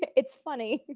it's funny.